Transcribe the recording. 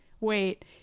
wait